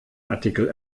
artikel